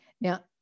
now